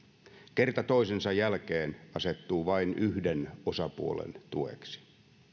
kerta toisensa jälkeen asettuu vain yhden osapuolen tueksi